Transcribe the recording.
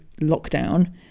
lockdown